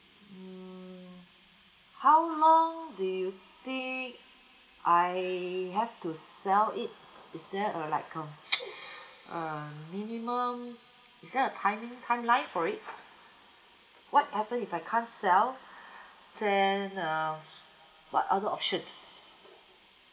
hmm how long do you think I have to sell it is there a like a um minimum is there a timing timeline for it what happen if I can't sell then uh what other option